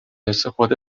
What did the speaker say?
استفاده